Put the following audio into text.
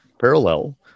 Parallel